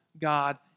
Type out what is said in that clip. God